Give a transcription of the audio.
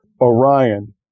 Orion